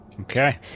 Okay